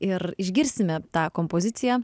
ir išgirsime tą kompoziciją